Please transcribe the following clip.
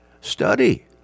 Study